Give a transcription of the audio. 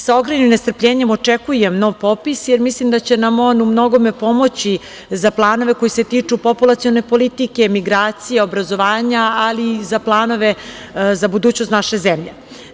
Sa ogromnim nestrpljenjem očekujem nov popis, jer mislim da će nam on u mnogome pomoći za planove koji se tiču populacione politike, migracija, obrazovanja, ali i za planove za budućnost naše zemlje.